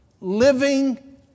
living